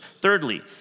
Thirdly